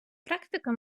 практика